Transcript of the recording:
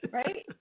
right